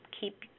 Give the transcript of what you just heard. keep